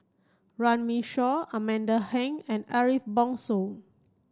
Runme Shaw Amanda Heng and Ariff Bongso